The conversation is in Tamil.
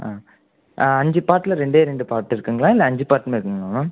ஆ ஆ அஞ்சு பார்ட்டில் ரெண்டே ரெண்டு பார்ட்டு இருக்குங்களா இல்லை அஞ்சு பார்ட்டுமே இருக்குங்களா மேம்